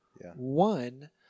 One